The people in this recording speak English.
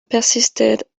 persisted